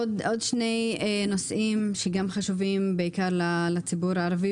עוד שני נושאים שחשובים בעיקר לציבור הערבי